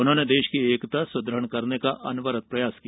उन्होंने देश की एकता सुदृढ़ करने का अनवरत प्रयास किया